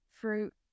fruit